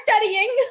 studying